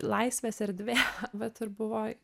laisvės erdvė vat ir buvo